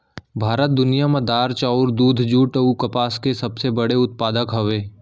भारत दुनिया मा दार, चाउर, दूध, जुट अऊ कपास के सबसे बड़े उत्पादक हवे